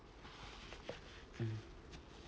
mm